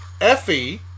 Effie